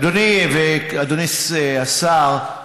אדוני ואדוני השר,